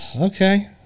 Okay